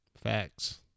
facts